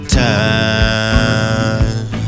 time